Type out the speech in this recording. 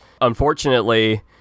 Unfortunately